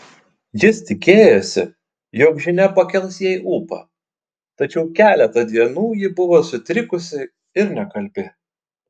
jis tikėjosi jog žinia pakels jai ūpą tačiau keletą dienų ji buvo sutrikusi ir nekalbi